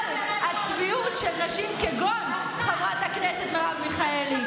הצביעות של נשים כגון חברת הכנסת מרב מיכאלי.